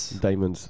Diamonds